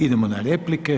Idemo na replike.